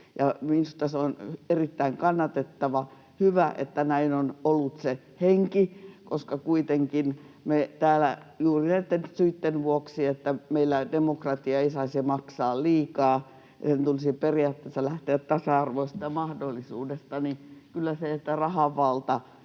Minusta se on erittäin kannatettava, ja on hyvä, että näin on ollut se henki, juuri näitten syitten vuoksi, että meillä demokratia ei saisi maksaa liikaa ja tulisi periaatteessa lähteä tasa-arvoisesta mahdollisuudesta. Kyllä se, että rahanvalta